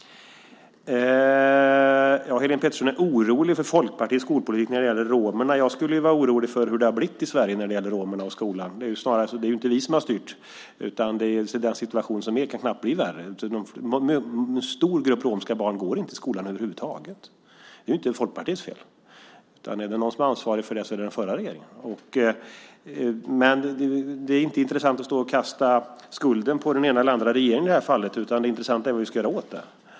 Helene Petersson är orolig för Folkpartiets skolpolitik när det gäller romerna. Jag skulle vara orolig för hur det har blivit i Sverige när det gäller romerna och skolan. Det är ju inte vi som har styrt. Den situation som är kan knappt bli värre. En stor grupp romska barn går inte i skolan över huvud taget. Det är ju inte Folkpartiets fel. Om någon är ansvarig för det så är det den förra regeringen. Det är inte intressant att kasta skulden på den ena eller andra regeringen. Det intressanta är vad vi ska göra åt det.